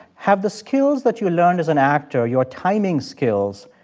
have the skills that you learned as an actor, your timing skills,